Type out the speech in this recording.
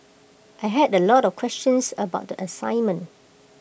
I had A lot of questions about the assignment